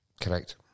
Correct